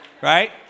right